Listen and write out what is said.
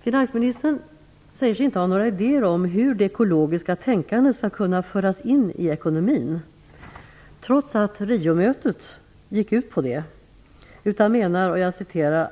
Finansministern säger sig inte ha några idéer om hur det ekologiska tänkandet skall kunna föras in i ekonomin, trots att Riomötet gick ut på det, utan han menar